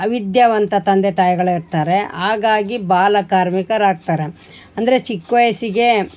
ಅವಿದ್ಯಾವಂತ ತಂದೆ ತಾಯಿಗಳಿರ್ತಾರೆ ಹಾಗಾಗಿ ಬಾಲಕಾರ್ಮಿಕರಾಗ್ತಾರೆ ಅಂದರೆ ಚಿಕ್ಕ ವಯಸ್ಸಿಗೇ